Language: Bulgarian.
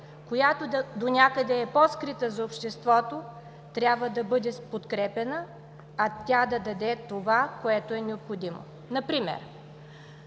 която донякъде е по-скрита за обществото, трябва да бъде подкрепяна, а тя да даде това, което е необходимо. Например